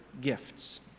gifts